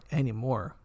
anymore